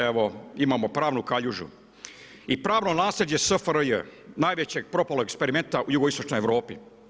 Evo imamo pravnu kaljužu i pravno naslijeđe SFRJ najvećeg propalog eksperimenta u jugoistočnoj Europi.